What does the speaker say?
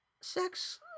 sex